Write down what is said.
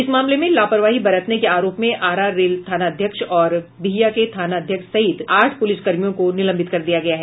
इस मामले में लापरवाही बरतने के आरोप में आरा रेल थाना अध्यक्ष और बिहियां के थाना अध्यक्ष सहित आठ पुलिसकर्मियों को निलंबित कर दिया गया है